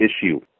issue